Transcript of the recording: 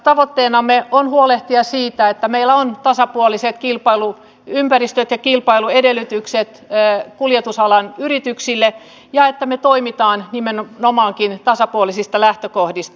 tavoitteenamme on huolehtia siitä että meillä on tasapuoliset kilpailuympäristöt ja kilpailuedellytykset kuljetusalan yrityksille ja että me toimimme nimenomaan tasapuolisista lähtökohdista